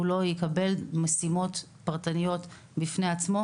הוא לא יקבל משימות פרטניות בפני עצמו,